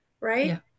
right